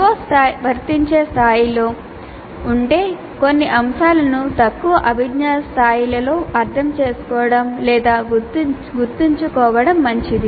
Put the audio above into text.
CO వర్తించే స్థాయిలో ఉంటే కొన్ని అంశాలను తక్కువ అభిజ్ఞా స్థాయిలలో అర్థం చేసుకోవడం లేదా గుర్తుంచుకోవడం మంచిది